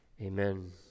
Amen